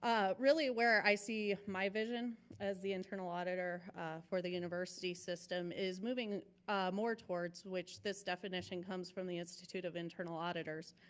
ah really where i see my vision as the internal auditor for the university system is moving more towards which this definition comes from the institute of internal auditors.